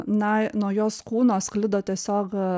na nuo jos kūno sklido tiesiog